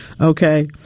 Okay